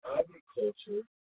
agriculture